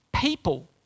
people